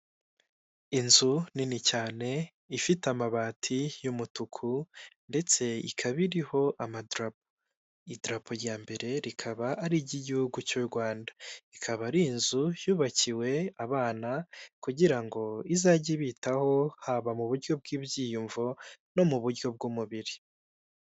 Inzu nini cyane ifite amabati y'umutuku ndetse ikaba iriho amadarapo. Idarapo rya mbere rikaba ari iry'igihugu cy'u rwanda ikaba ari inzu yubakiwe abana kugira ngo izajye ibi bitaho haba mu buryo bw'ibyiyumvo no mu buryo bw'umubiri.